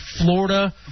Florida